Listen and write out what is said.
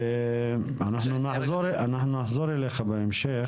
ואנחנו נחזור אליך בהמשך.